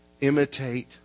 imitate